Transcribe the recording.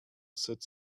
sept